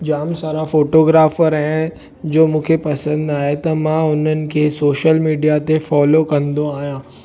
जामु सारा फोटोग्राफर ऐं जो मूंखे पसंदि आहे त मां उन्हनि खे सोशल मीडिया ते फॉलो कंदो आहियां